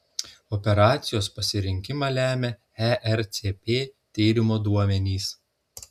operacijos pasirinkimą lemia ercp tyrimo duomenys